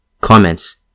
Comments